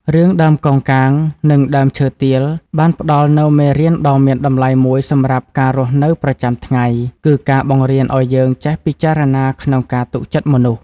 រឿង "ដើមកោងកាងនិងដើមឈើទាល" បានផ្តល់នូវមេរៀនដ៏មានតម្លៃមួយសម្រាប់ការរស់នៅប្រចាំថ្ងៃ គឺការបង្រៀនឲ្យយើងចេះពិចារណាក្នុងការទុកចិត្តមនុស្ស។